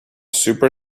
super